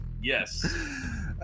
Yes